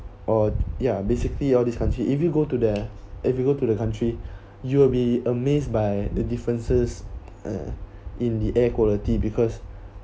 oh ya basically all this country if you go to the if you go to the country you'll be amazed by the differences uh in the air quality because